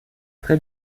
très